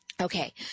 Okay